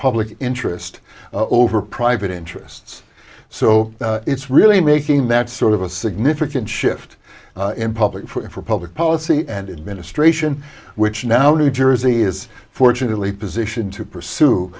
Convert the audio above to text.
public interest over private interests so it's really making that sort of a significant shift in public for public policy and ministration which now the jersey is fortunately position to pursue